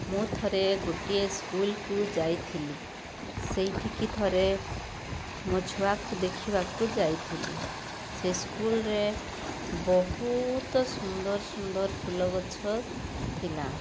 ମୁଁ ଥରେ ଗୋଟିଏ ସ୍କୁଲ୍କୁ ଯାଇଥିଲି ସେଇଠି କି ଥରେ ମୋ ଛୁଆକୁ ଦେଖିବାକୁ ଯାଇଥିଲି ସେ ସ୍କୁଲ୍ ରେ ବହୁତ ସୁନ୍ଦର ସୁନ୍ଦର ଫୁଲ ଗଛ ଥିଲା